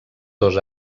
dos